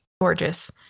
gorgeous